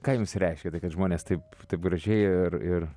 ką jums reiškia tai kad žmonės taip taip gražiai ir ir